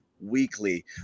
weekly